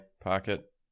pocket